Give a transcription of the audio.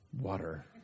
water